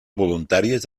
voluntàries